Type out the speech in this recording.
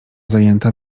zajęta